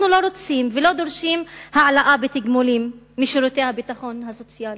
אנחנו לא רוצים ולא דורשים העלאה בתגמולים משירותי הביטחון הסוציאלי.